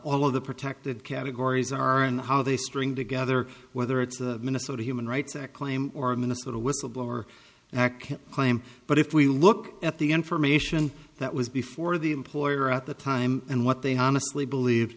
all of the protected categories are and how they string together whether it's a minnesota human rights act claim or a minnesota whistleblower act claim but if we look at the information that was before the employer at the time and what they honestly believe